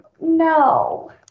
no